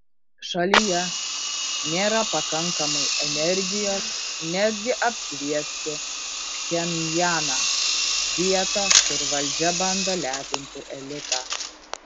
šalyje nėra pakankamai energijos netgi apšviesti pchenjaną vietą kur valdžia bando lepinti elitą